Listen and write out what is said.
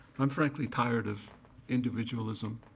i'm frankly tired of individualism.